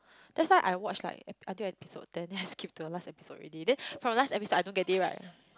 that's why I watch like until episode then I skip to the last episode already then from the last episode I don't get it right